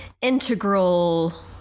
integral